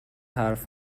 حرف